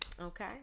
Okay